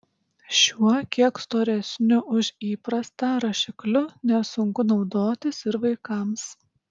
šiuo kiek storesniu už įprastą rašikliu nesunku naudotis ir vaikams